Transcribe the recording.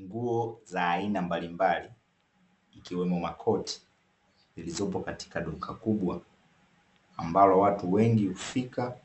Nguo za aina mbalimbali ikiwemo makoti, zilizopo katika duka kubwa ambalo watu wengi hufika